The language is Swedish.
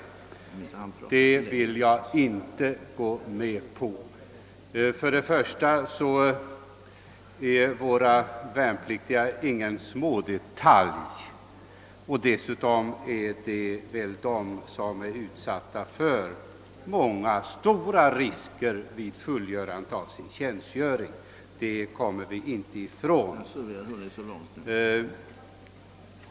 Det vill jag inte gå med på. Våra värnpliktiga är en stor grupp. De är också utsatta för många stora risker vid fullgörandet av sin tjänstgöring; det kommer vi inte ifrån.